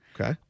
Okay